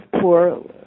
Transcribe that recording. poor